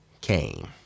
came